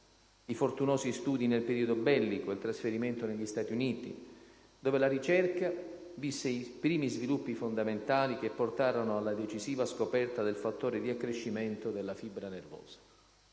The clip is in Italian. I fortunosi studi nel periodo bellico, il trasferimento negli Stati Uniti, dove la ricerca visse i primi sviluppi fondamentali che portarono alla decisiva scoperta del fattore di accrescimento della fibra nervosa.